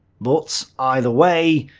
but either way,